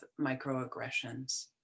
microaggressions